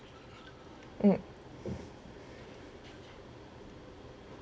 mm